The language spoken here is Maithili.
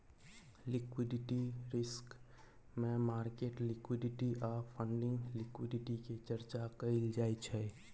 लिक्विडिटी रिस्क मे मार्केट लिक्विडिटी आ फंडिंग लिक्विडिटी के चर्चा कएल जाइ छै